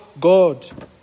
God